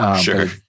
Sure